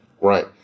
Right